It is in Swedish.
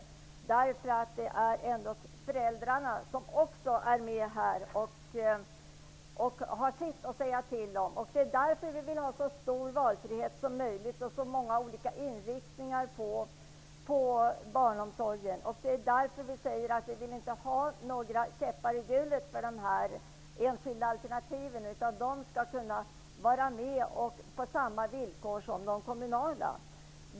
Det är ändå föräldrarna som skall vara med och säga sitt. Därför vill vi ha så stor valfrihet och så många olika inriktningar på barnomsorgen som möjligt. Därför säger vi att det inte skall vara några käppar i hjulet för de enskilda alternativen. De skall ha samma villkor som de kommunala alternativen.